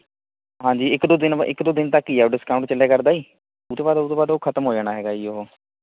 ਹਾਂਜੀ ਇੱਕ ਦੋ ਦਿਨ ਬ ਇੱਕ ਦੋ ਦਿਨ ਤੱਕ ਹੀ ਹੈ ਡਿਸਕਾਊਂਟ ਚੱਲਿਆ ਕਰਦਾ ਹੈ ਉਹ ਤੋਂ ਬਾਅਦ ਉਹ ਤੋਂ ਬਾਅਦ ਉਹ ਖ਼ਤਮ ਹੋ ਜਾਣਾ ਹੈਗਾ ਜੀ ਉਹ